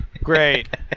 Great